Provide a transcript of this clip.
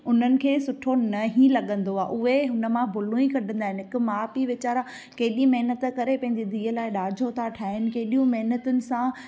उन्हनि खे सुठो न ई लॻंदो आहे उहे हुन मां भुलूं ई कढंदा आहिनि उहे माउ पीउ वीचारा केॾी महिनत करे पंहिंजे धीअ लाइ ॾाजो था ठाहिनि केॾियूं महिनतुनि सां